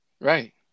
Right